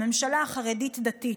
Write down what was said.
הממשלה החרדית-דתית,